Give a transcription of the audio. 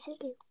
hello